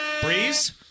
Breeze